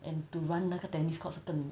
and to run 那个 tennis court 是更